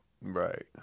Right